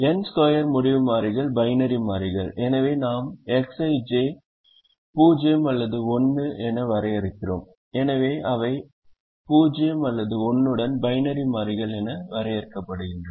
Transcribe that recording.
N square முடிவு மாறிகள் binary மாறிகள் எனவே நாம் Xij 0 அல்லது 1 என வரையறுக்கிறோம் எனவே அவை 0 அல்லது 1 உடன் பைனரி மாறிகள் என வரையறுக்கப்படுகின்றன